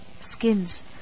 skins